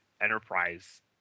enterprise –